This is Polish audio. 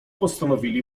postanowili